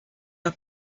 der